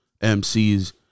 MCs